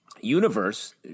universe